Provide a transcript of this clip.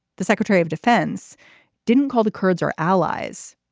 the secretary of defense didn't call the kurds are allies.